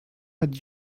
hat